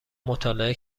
مطالعه